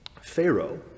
Pharaoh